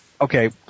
Okay